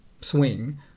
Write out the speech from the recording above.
swing